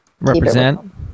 Represent